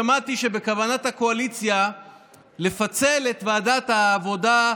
שמעתי שבכוונת הקואליציה לפצל את ועדת העבודה,